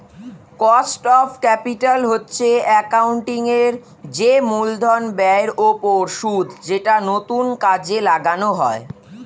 cost of capital হচ্ছে accounting এর যে মূলধন ব্যয়ের ওপর সুদ যেটা নতুন কাজে লাগানো হয়